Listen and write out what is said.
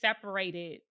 separated